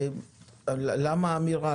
למה אמירה?